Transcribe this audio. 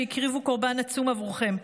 שהקריבו קורבן עצום עבורכם,